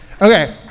Okay